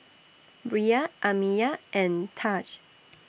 Bria Amiya and Tahj